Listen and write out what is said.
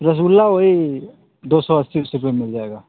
रसगुल्ला वही दो सौ अस्सी ओस्सी रुपये मिल जाएगा